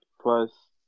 plus